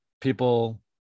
people